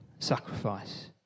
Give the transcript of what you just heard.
sacrifice